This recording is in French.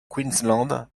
queensland